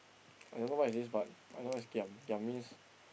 I don't know what is this but I know what is giam giam means